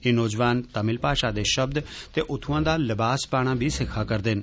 एह नौजवान तमिल भाशा दे शब्द ते उत्थुंआ दा लिवास पाना बी सिक्खा करदे न